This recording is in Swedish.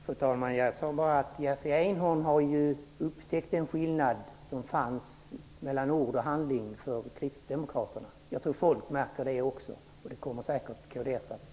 Fru talman! Jag sade bara att Jerzy Einhorn har upptäckt den skillnad som fanns mellan ord och handling hos kristdemokraterna. Jag tror att flera märker det. Det kommer kds säkert att få känna av.